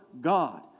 God